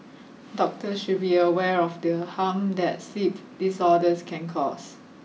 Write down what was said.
doctors should be aware of the harm that sleep disorders can cause